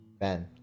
Ben